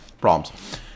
problems